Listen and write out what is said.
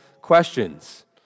questions